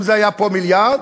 אם זה היה פה: מיליארד,